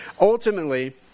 Ultimately